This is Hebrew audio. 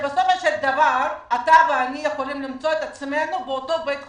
בסופו של דבר אתה ואני יכולים למצוא את עצמנו באותו בית חולים,